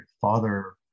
father